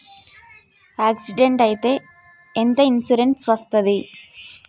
Accident అయితే ఎంత insurance వస్తది?